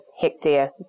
hectare